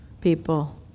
people